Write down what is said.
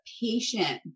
patient